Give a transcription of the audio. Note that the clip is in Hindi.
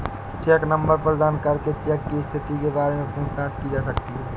चेक नंबर प्रदान करके चेक की स्थिति के बारे में पूछताछ की जा सकती है